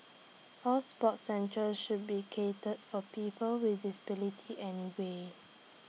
all sports centres should be catered for people with disabilities anyway